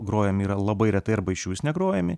grojami yra labai retai arba išvis negrojami